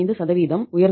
ஓ